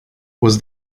was